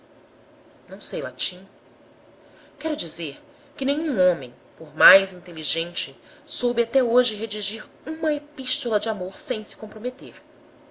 não sei latim quero dizer que nenhum homem por mais inteligente soube até hoje redigir uma epístola de amor sem se compromete